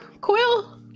Quill